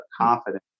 confidence